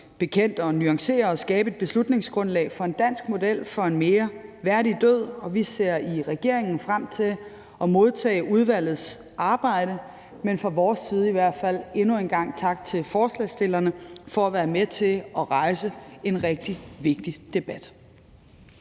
med til at nuancere og skabe et beslutningsgrundlag for en dansk model for en mere værdig død. Vi ser i regeringen frem til at modtage udvalgets arbejde, men fra vores side vil jeg endnu en gang sige tak til forslagsstillerne for at være med til at rejse en rigtig vigtig debat.